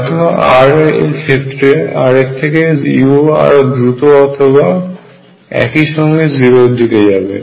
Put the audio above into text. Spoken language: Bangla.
হয়ত r এর থেকে u আরও দ্রুত অথবা একই সঙ্গে 0 এর দিকে যাবে